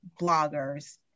bloggers